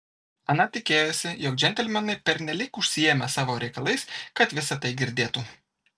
ana tikėjosi jog džentelmenai pernelyg užsiėmę savo reikalais kad visa tai girdėtų